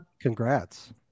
Congrats